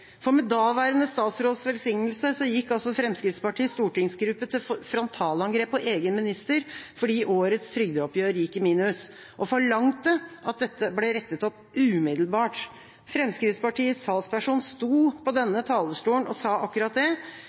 tale med to tunger. Med daværende statsråds velsignelse gikk Fremskrittspartiets stortingsgruppe til frontalangrep på egen minister fordi årets trygdeoppgjør gikk i minus, og forlangte at dette ble rettet opp umiddelbart. Fremskrittspartiets talsperson sto på denne talerstolen og sa akkurat det,